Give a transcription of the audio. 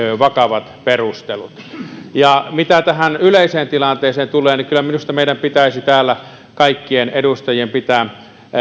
vakavat perustelut mitä tähän yleiseen tilanteeseen tulee niin kyllä minusta pitäisi täällä meidän kaikkien edustajien pitää